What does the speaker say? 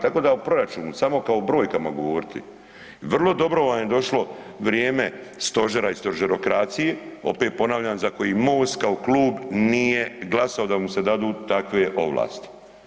Tako da u proračunu, samo kao brojkama govoriti, vrlo dobro vam je došlo vrijeme stožera i stožerokracije, opet ponavljam, za koji Most kao klub nije glasao da mu se dadu takve ovlasti.